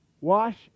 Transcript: Wash